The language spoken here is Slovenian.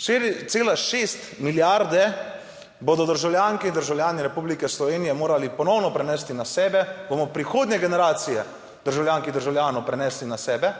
4,6 milijarde bodo državljanke in državljani Republike Slovenije morali ponovno prenesti na sebe, bomo prihodnje generacije državljank in državljanov prenesli na sebe,